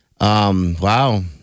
Wow